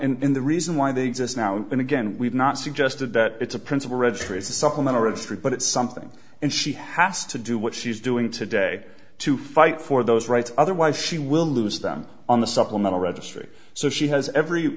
and the reason why they exist now and again we've not suggested that it's a principal registry it's a supplemental registry but it's something and she has to do what she's doing today to fight for those rights otherwise she will lose them on the supplemental registry so she has every